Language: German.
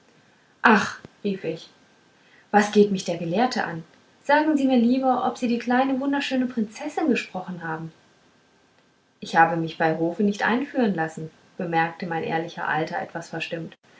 ach rief ich was geht mich der gelehrte an sagen sie mir lieber ob sie die kleine wunderschöne prinzessin gesprochen haben ich habe mich nicht bei hofe einführen lassen bemerkte mein ehrlicher alter etwas verstimmt